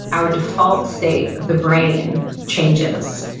our default state of the brain changes.